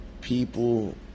people